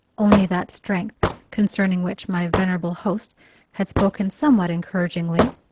only that strength concerning which my venerable host had spoken somewhat encouragingly.